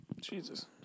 Jesus